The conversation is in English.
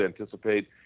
anticipate